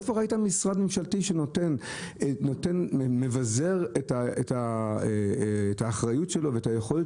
איפה ראית משרד ממשלתי שמבזר את האחריות ואת היכולת